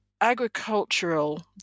agricultural